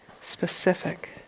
specific